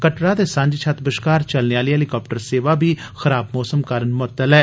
कटरा ते सांझीछत बश्कार चलने आह्ली हैलीकाप्टर सेवा बी खराब मौसम कारण मुअत्तल ऐ